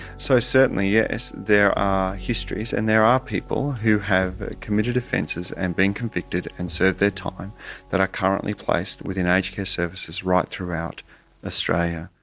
so certainly yes, there are histories and there are people who have committed offences and been convicted and served their time that are currently placed within aged care services right throughout australia.